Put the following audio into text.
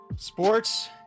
Sports